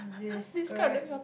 describe